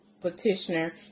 petitioner